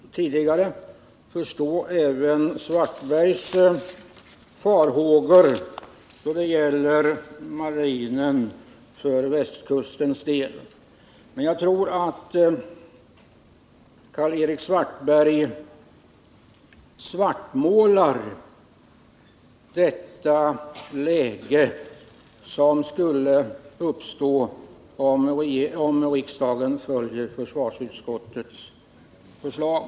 Herr talman! Jag kan, på samma sätt som jag tidigare framfört när det gällde Gunnar Oskarson, förstå Karl-Erik Svartbergs farhågor beträffande de marina frågorna på västkusten. Men jag tror att Karl-Erik Svartberg svartmålar det läge som skulle uppstå om riksdagen följer försvarsutskottets förslag.